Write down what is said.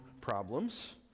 problems